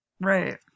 right